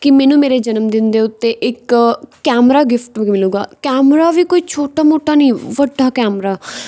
ਕਿ ਮੈਨੂੰ ਮੇਰੇ ਜਨਮਦਿਨ ਦੇ ਉੱਤੇ ਇੱਕ ਕੈਮਰਾ ਗਿਫਟ ਮਿਲੇਗਾ ਕੈਮਰਾ ਵੀ ਕੋਈ ਛੋਟਾ ਮੋਟਾ ਨਹੀਂ ਵੱਡਾ ਕੈਮਰਾ